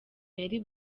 yari